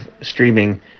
streaming